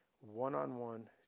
one-on-one